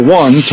one